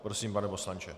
Prosím, pane poslanče.